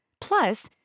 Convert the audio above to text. Plus